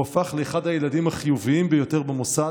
הוא הפך לאחד הילדים החיוביים ביותר במוסד,